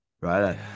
right